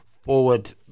forward